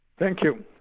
thank you.